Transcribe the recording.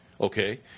Okay